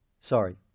Sorry